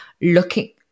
looking